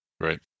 Right